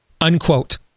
Unquote